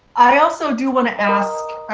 i also do want to ask,